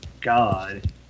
god